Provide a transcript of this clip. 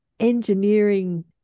engineering